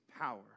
power